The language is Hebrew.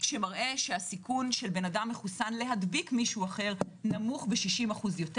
שמראה שהסיכון של אדם מחוסן להדביק מישהו אחר נמוך ב-60% יותר.